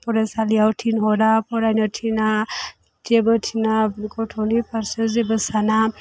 फरायसालियाव थिनहरा फरायनो थिना जेबो थिना गथ'नि फारसे जेबो साना